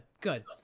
good